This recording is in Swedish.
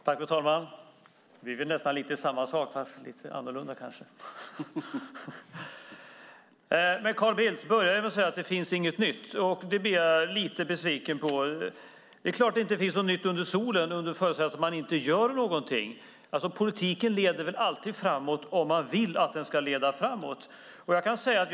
Fru talman! Vi vill nästan samma sak, fast lite annorlunda kanske. Carl Bildt började med att säga att det inte finns något nytt. Det blir jag lite besviken på. Det är klart att det inte finns något nytt under solen under förutsättning att man inte gör någonting. Politiken leder väl alltid framåt om man vill att den ska göra det.